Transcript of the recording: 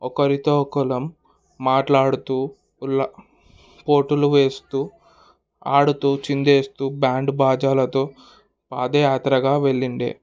ఒకరితో ఒకరం మాట్లాడుతూ ఉల్లా కోతులు చేస్తూ ఆడుతూ చిందేస్తూ బ్యాండ్ బాజాలతో పాదయాత్రగా వెళ్ళిండే